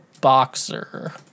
boxer